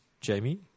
Jamie